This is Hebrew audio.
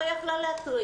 הרי היא יכלה להתריע,